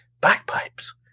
bagpipes